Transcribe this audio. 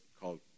called